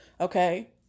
Okay